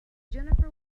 jennifer